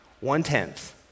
One-tenth